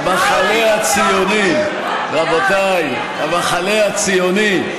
המחנה הציוני, רבותיי, המחנה הציוני.